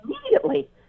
immediately